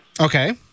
Okay